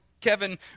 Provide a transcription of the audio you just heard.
Kevin